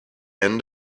end